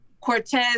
Cortez